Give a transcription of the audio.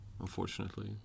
unfortunately